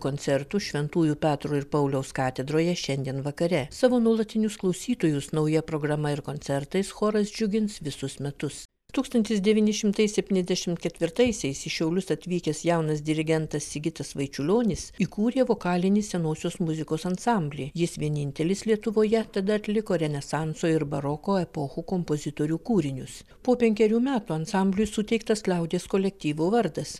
koncertų šventųjų petro ir pauliaus katedroje šiandien vakare savo nuolatinius klausytojus nauja programa ir koncertais choras džiugins visus metus tūkstantis devyni šimtai septyniasdešim ketvirtaisiais į šiaulius atvykęs jaunas dirigentas sigitas vaičiulionis įkūrė vokalinį senosios muzikos ansamblį jis vienintelis lietuvoje tada atliko renesanso ir baroko epochų kompozitorių kūrinius po penkerių metų ansambliui suteiktas liaudies kolektyvo vardas